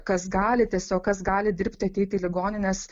kas gali tiesiog kas gali dirbti ateiti į ligonines